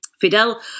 fidel